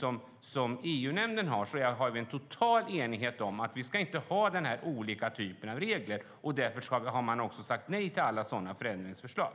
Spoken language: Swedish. I EU-nämnden har vi total enighet om att vi inte ska ha olika typer av regler, och därför har man sagt nej till alla sådana förändringsförslag.